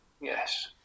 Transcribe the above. Yes